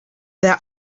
their